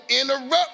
interrupt